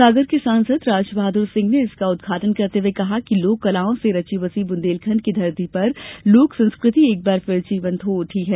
सागर के सांसद राज बहादुर सिंह ने इसका उद्घाटन करते हुए कहा कि लोक कलाओं से रची बसी बुंदेलखंड की धरती पर लोक संस्कृति एक बार फिर जीवंत हो उठी है